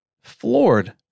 floored